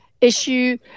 issue